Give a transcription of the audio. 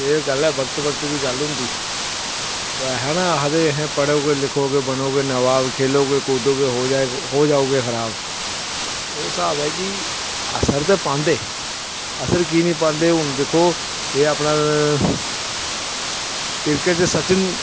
ते एह् वक्त वक्त दी गल्ल होंदी एह् आखदे ना कि पढ़ोगे लिखोगे बनोगे नबाव खेलोगे कूदोगे हो जाओगे खराब ओह् स्हाब ऐ कि असर ते पांदे असर कीऽ निं पांदे हून दिक्खो एह् अपना क्रिकेट च सचिन